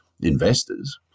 investors